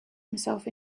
himself